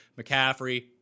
McCaffrey